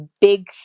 big